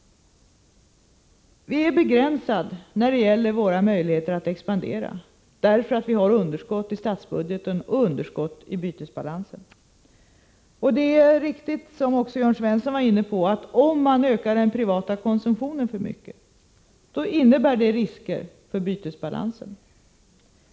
Våra möjligheter att expandera är begränsade, därför att vi har underskott i statsbudgeten och underskott i bytesbalansen. Det är riktigt, som Jörn Svensson också var inne på, att om man ökar den privata konsumtionen för mycket innebär det risker för bytesbalansen.